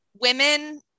women